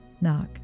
Knock